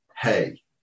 hey